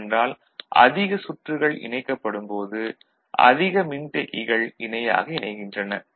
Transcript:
ஏனென்றால் அதிக சுற்றுகள் இணைக்கப்படும் போது அதிக மின்தேக்கிகள் இணையாக இணைகின்றன